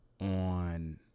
on